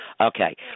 Okay